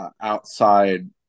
outside